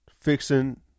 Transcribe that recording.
fixing